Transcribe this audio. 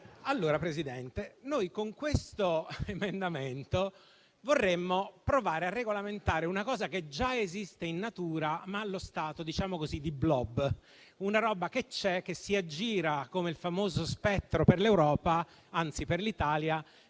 Signor Presidente, noi, con questo emendamento, vorremmo provare a regolamentare qualcosa che già esiste in natura, ma allo stato di *blob*: una roba che si aggira, come il famoso spettro, per l'Europa, anzi per l'Italia,